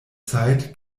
zeit